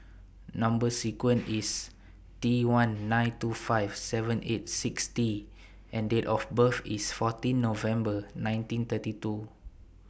Number sequence IS T one nine two five seven eight six T and Date of birth IS fourteen November nineteen thirty two